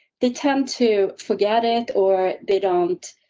they tend to forget it or they don't.